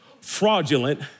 fraudulent